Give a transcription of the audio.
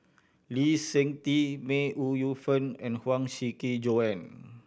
Lee Seng Tee May Ooi Yu Fen and Huang Shiqi Joan